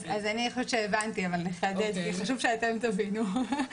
אני חושבת שהבנתי אבל חשוב שאתם תבינו.